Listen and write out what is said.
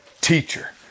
teacher